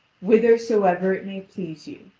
whithersoever it may please you.